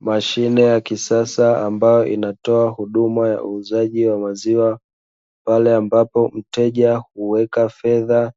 Mashine ya kisasa, ambayo inatoa huduma ya uuzaji wa maziwa, pale ambapo mteja huweka fedha